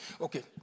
Okay